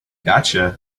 gotcha